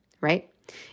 right